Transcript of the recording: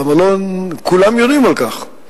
וכולם יודעים על כך.